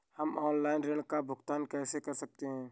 हम ऑनलाइन ऋण का भुगतान कैसे कर सकते हैं?